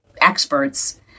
experts